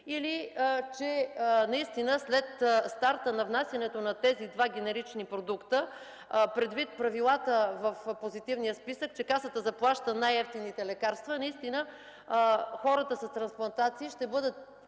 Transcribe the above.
или че наистина, след старта на внасянето на тези два генерични продукта, предвид правилата в Позитивния списък, че Касата заплаща най евтините лекарства, наистина хората с трансплантации ще бъдат